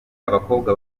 abakobwa